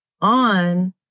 on